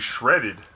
shredded